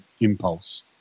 impulse